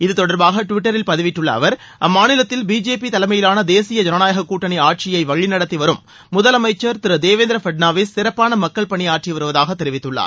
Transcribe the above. இத்தொடர்பாக டுவிட்டரில் பதிவிட்டுள்ள அவர் அம்மாநிலத்தில் பிஜேபி தலைமையிலான தேசிய ஜனநாயக கூட்டணி ஆட்சியை வழிநடத்தி வரும் முதலமைச்சர் தேவேந்திர பட்னாவிஸ் சிறப்பான மக்கள் பணியாற்றிவருவதாக தெரிவித்துள்ளார்